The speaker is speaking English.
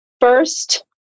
first